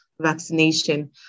vaccination